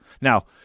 Now